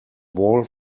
wall